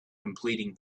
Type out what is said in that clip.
completing